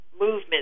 movement